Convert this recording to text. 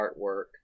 artwork